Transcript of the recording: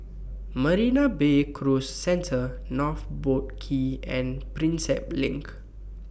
Marina Bay Cruise Centre North Boat Quay and Prinsep LINK